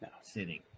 sitting